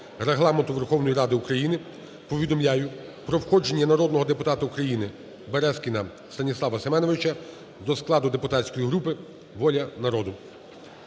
Регламенту Верховної Ради України повідомляю про входження народного депутата України Березкіна Станіслава Семеновича до складу депутатської групи "Воля народу".